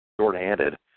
Short-handed